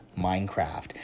Minecraft